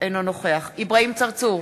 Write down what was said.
אינו נוכח אברהים צרצור,